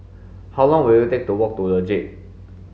how long will it take to walk to The Jade